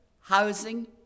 housing